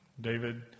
David